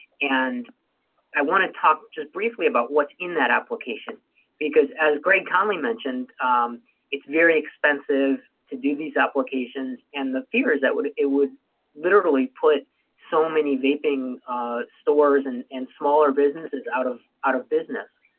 and i wanna talk just briefly about what's in that application because as greg conley mentioned it's very expensive to do these applications and the fear is that it would literally put so many vaping stores and and smaller businesses out of out of business.